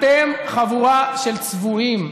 אתם חבורה של צבועים.